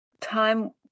time